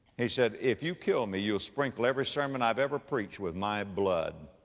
he said, if you kill me, you'll sprinkle every sermon i've ever preached with my blood,